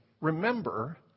remember